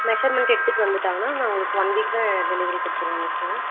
measurement எடுத்துகிட்டு வந்துவிட்டாங்கன்னா நான் உங்களுக்கு ஒன் வீக்கில் டெலிவரி கொடுத்துருவேங்க சார்